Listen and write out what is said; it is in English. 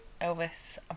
Elvis